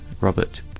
Robert